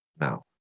now